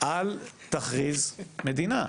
"אל תכריז מדינה.